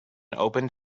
opened